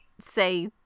say